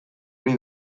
ari